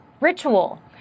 ritual